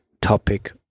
topic